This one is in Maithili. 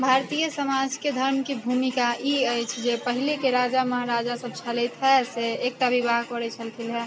भारतीय समाजके धर्मके भूमिका ई अछि जे पहिलेके राजा महराजासब छलथि से एकटा विवाह करै छलखिन हेँ